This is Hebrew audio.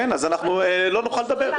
אז אנחנו לא נוכל לדבר.